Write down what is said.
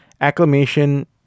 acclamation